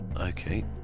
Okay